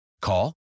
call